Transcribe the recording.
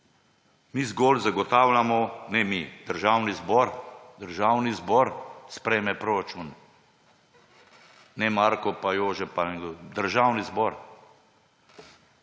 Mi zgolj zagotavljamo, ne mi, Državni zbor. Državni zbor sprejme proračun, ne Marko pa Jože. Državni zbor.